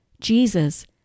Jesus